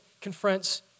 confronts